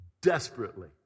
desperately